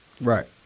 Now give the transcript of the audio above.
Right